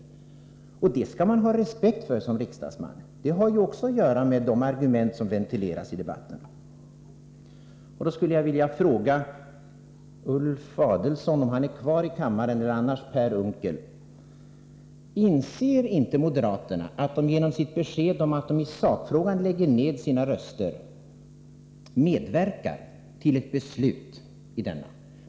Denna ordning skall man som riksdagsman ha respekt för. Den har ju också att göra med de argument som ventileras i debatterna. Låt mig fråga Ulf Adelsohn, om han är kvar i kammaren, annars Per Unckel: Inser inte moderaterna att de genom sitt besked om att de i sakfrågan lägger ned sina röster medverkar till ett beslut i denna?